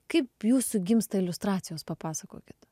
kaip jūsų gimsta iliustracijos papasakokit